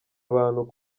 abantu